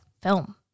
film